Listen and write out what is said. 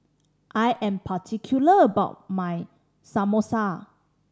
I am particular about my Samosa